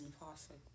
Impossible